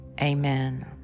Amen